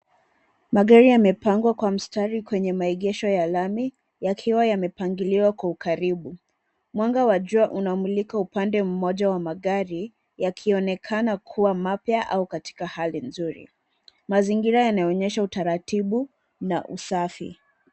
Magari yamepangwa kwa mstari kwenye maegesho ya lami yakiwa yamepangiliwa kwa ukaribu. Mwanga wa jua unamulika upande mmoja wa magari, yakionekana kuwa mapya au katika hali nzuri. Mazingira yanaonyesha utaratibu na usafi.